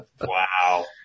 Wow